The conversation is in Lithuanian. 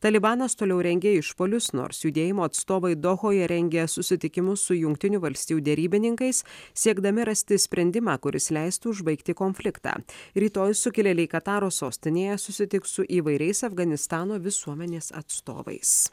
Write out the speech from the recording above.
talibanas toliau rengia išpuolius nors judėjimo atstovai dohoje rengia susitikimus su jungtinių valstijų derybininkais siekdami rasti sprendimą kuris leistų užbaigti konfliktą rytoj sukilėliai kataro sostinėje susitiks su įvairiais afganistano visuomenės atstovais